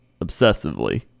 obsessively